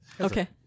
Okay